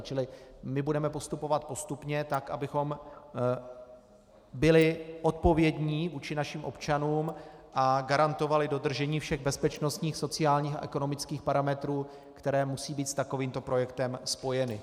Čili my budeme postupovat postupně tak, abychom byli odpovědní vůči našim občanům a garantovali dodržení všech bezpečnostních, sociálních a ekonomických parametrů, které musí být s takovýmto projektem spojeny.